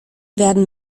werden